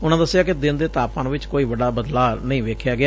ਉਨਾ ਦਸਿਆ ਕਿ ਦਿਨ ਦੇ ਤਾਪਮਾਨ ਚ ਕੋਈ ਵੱਡਾ ਬਦਲਾਅ ਨਹੀ ਵੇਖਿਆ ਗਿਆ